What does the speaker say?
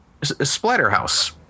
Splatterhouse